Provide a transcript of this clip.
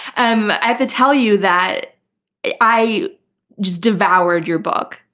um i had to tell you that i just devoured your book.